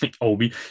Obi